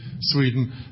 Sweden